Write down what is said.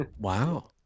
Wow